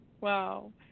wow